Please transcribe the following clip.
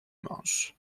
mince